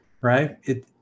right